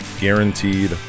guaranteed